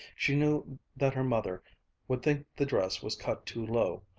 she knew that her mother would think the dress was cut too low,